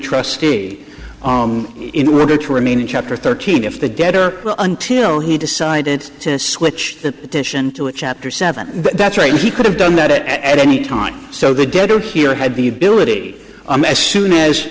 trustee in order to remain in chapter thirteen if the debtor until he decided to switch that titian to a chapter seven that's right he could have done that at any time so the dead are here had the ability as soon as